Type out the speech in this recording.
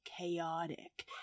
chaotic